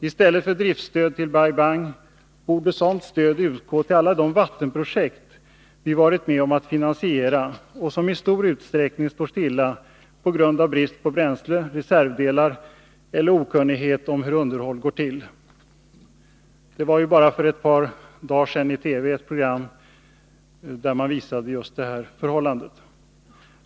I stället för driftstöd till Bai Bang borde sådant stöd utgå till alla de vattenprojekt vi har varit med om att finansiera och som i stor utsträckning står stilla på grund av brist på bränsle, brist på reservdelar eller okunnighet om hur underhåll går till. För bara ett par dagar sedan var det i TV ett program där man visade just detta förhållande.